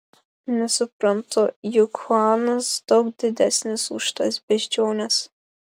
nesuprantu juk chuanas daug didesnis už tas beždžiones